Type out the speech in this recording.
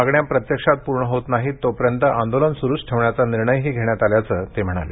मागण्या प्रत्यक्षात पूर्ण होत नाहीत तोपर्यंत आंदोलन सूरूच ठेवण्याचा निर्णय घेण्यात आल्याचंही ते म्हणाले